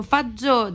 Faggio